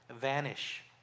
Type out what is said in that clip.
vanish